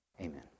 Amen